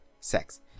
sex